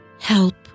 Help